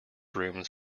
rooms